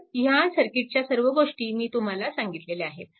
तर ह्या सर्किटच्या सर्व गोष्टी मी तुम्हाला सांगितल्या आहेत